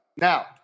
now